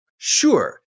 Sure